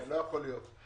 לא יכול להיות.